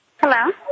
Hello